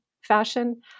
fashion